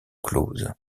clause